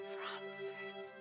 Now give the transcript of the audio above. Francis